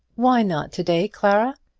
why not to-day, clara?